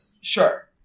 sure